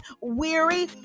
weary